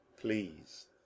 please